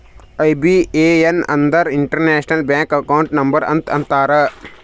IBAN ಅಂದುರ್ international bank account number ಅಂತ ಅಂತಾರ್